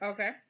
Okay